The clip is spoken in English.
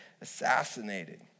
assassinated